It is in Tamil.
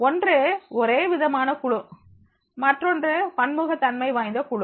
1 ஒரே விதமான குழு மற்றொன்று பன்முகத் தன்மை வாய்ந்த குழு